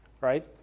right